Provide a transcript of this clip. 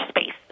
space